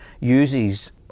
uses